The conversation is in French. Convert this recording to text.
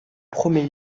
premier